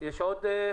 אין להם